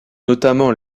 notamment